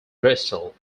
bristol